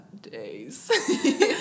days